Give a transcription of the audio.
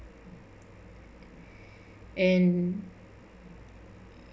and